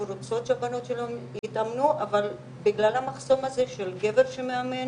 רוצות שהבנות שלהן יתאמנו אבל בגלל המחסום הזה שגבר שמאמן